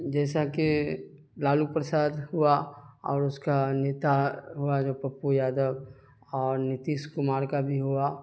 جیسا کہ لالو پرساد ہوا اور اس کا نیتا ہوا جو پپو یادو اور نتیش کمار کا بھی ہوا